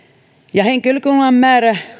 ja henkilökunnan määrä